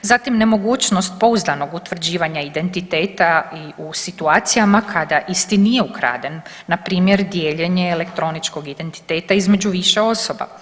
Zatim nemogućnost pouzdanog utvrđivanja identiteta i u situacijama kada isti nije ukraden, npr. dijeljenje elektroničkog identiteta između više osoba.